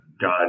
God